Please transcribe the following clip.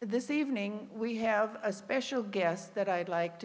this evening we have a special guest that i'd like to